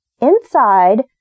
Inside